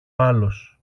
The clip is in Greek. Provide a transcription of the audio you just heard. άλλος